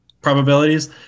probabilities